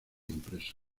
impreso